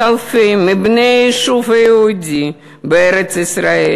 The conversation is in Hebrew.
אלפי מבני היישוב היהודי בארץ-ישראל,